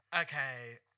Okay